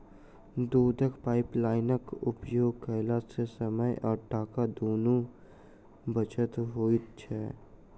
दूधक पाइपलाइनक उपयोग कयला सॅ समय आ टाका दुनूक बचत होइत छै